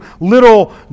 little